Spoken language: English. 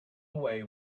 away